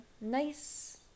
nice